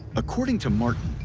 according to martin,